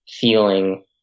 feeling